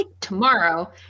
tomorrow